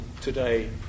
today